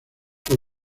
por